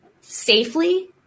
safely